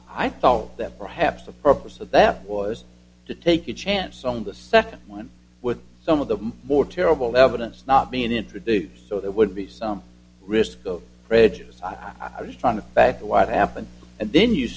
i thought that perhaps the purpose of that was to take a chance on the second one with some of the more terrible evidence not being introduced so there would be some risk of prejudiced i'm just trying to back the white happen and then you